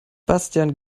bastian